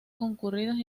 concurridos